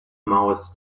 mouths